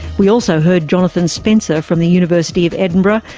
we also heard jonathan spencer from the university of edinburgh,